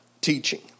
teaching